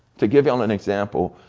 to give yall an example.